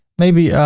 maybe?